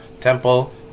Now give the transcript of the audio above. temple